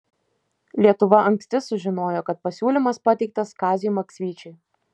lietuva anksti sužinojo kad pasiūlymas pateiktas kaziui maksvyčiui